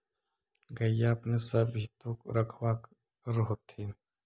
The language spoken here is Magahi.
गईया अपने सब भी तो रखबा कर होत्थिन?